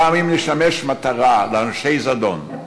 גם אם נשמש מטרה לאנשי זדון,